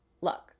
look